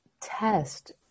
test